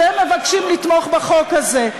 שהם מבקשים לתמוך בחוק הזה.